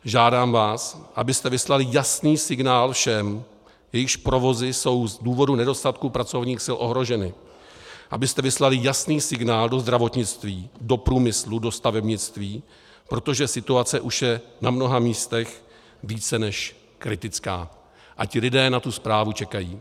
Žádám vás, abyste vyslali jasný signál všem, jejichž provozy jsou z důvodu nedostatku pracovních sil ohroženy, abyste vyslali jasný signál do zdravotnictví, do průmyslu, do stavebnictví, protože situace už je na mnoha místech více než kritická a ti lidé na tu zprávu čekají.